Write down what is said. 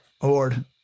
award